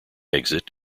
exit